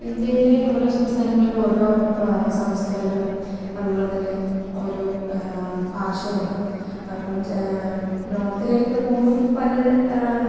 ഇന്ത്യയിലെ ഓരോ സംസ്ഥാനങ്ങളിലും ഓരോ സംസ്കാരവും അതുപോലെ തന്നെ ഓരോ ഭാഷയുമാണ് അപ്പോള് നോർത്തിലേക്കൊക്കെ പോവുമ്പോള് പല